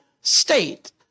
state